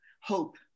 hope